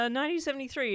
1973